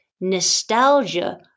nostalgia